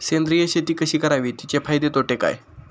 सेंद्रिय शेती कशी करावी? तिचे फायदे तोटे काय?